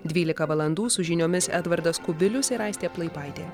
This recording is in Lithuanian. dvylika valandų su žiniomis edvardas kubilius ir aistė plaipaitė